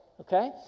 okay